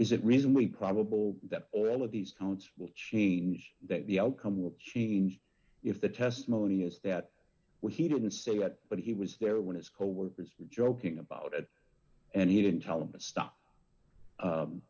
is it reason we probable that all of these counts will change that the outcome will change if the testimony is that where he didn't say that but he was there when his coworkers were joking about it and he didn't tell them to stop